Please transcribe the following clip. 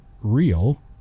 real